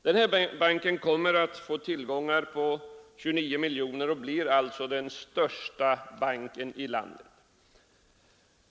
Denna bank kommer att få tillgångar på ca 29 miljoner kronor och blir därmed den största banken i landet.